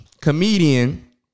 comedian